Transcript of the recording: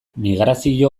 migrazio